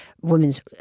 women's